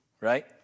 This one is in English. right